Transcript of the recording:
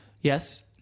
Yes